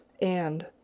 and,